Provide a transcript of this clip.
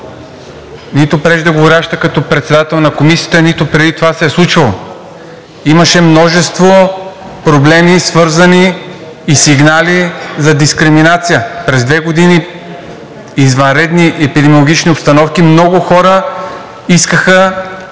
нито преждеговорящата като председател на Комисията, нито преди това се е случвало. Имаше множество свързани проблеми и сигнали за дискриминация – през две години извънредни епидемиологични обстановки. Много хора искаха